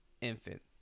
infant